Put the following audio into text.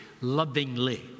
lovingly